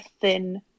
thin